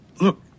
look